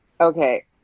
okay